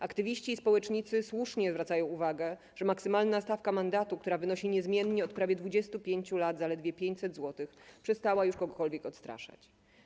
Aktywiści i społecznicy słusznie zwracają uwagę, że maksymalna stawka mandatu, która wynosi niezmiennie od prawie 25 lat zaledwie 500 zł, przestała już kogokolwiek odstraszać.